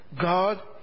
God